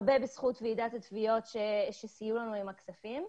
הרבה בזכות ועידת התביעות שסייעה לנו בכספים.